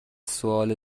سوال